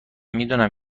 میدونم